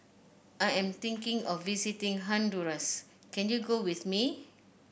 I am thinking of visiting Honduras can you go with me